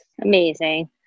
Amazing